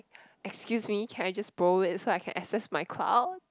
excuse me can I just borrow so I can access my cloud